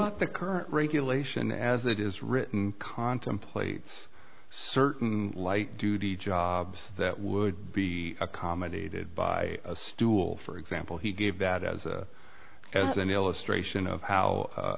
thought the current regulation as it is written contemplates certain light duty jobs that would be accommodated by a stool for example he gave that as a as an illustration of how